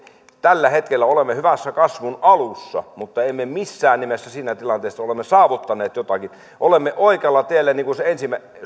tällä hetkellä olemme hyvässä kasvun alussa mutta emme missään nimessä siinä tilanteessa että olemme saavuttaneet jotakin olemme oikealla tiellä niin kuin se